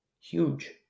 Huge